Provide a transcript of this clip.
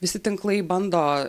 visi tinklai bando